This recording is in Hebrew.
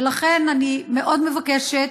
ולכן, אני מאוד מבקשת,